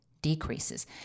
decreases